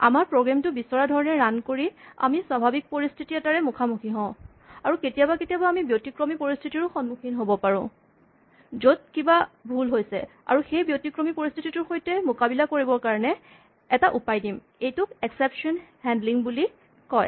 আমাৰ প্ৰগ্ৰেম টো বিচৰা ধৰণে ৰান কৰি আমি স্বাভাৱিক পৰিস্হিতি এটাৰে মুখামুখি হওঁ আৰু কেতিয়াবা কেতিয়াবা আমি ব্যতিক্ৰমী পৰিস্হিতিৰ সন্মুখীন হ'ব পাৰোঁ য'ত কিবা ভুল হৈছে আৰু আমি সেই ব্যতিক্ৰমী পৰিস্হিতিটোৰ সৈতে মোকাবিলা কৰিবৰ কাৰণে এটা উপায় দিম এইটোকে এক্সেপচন হান্ডলিং বুলি কয়